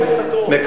לא לשוטרים,